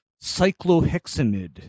cyclohexamid